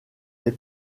les